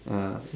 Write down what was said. yeah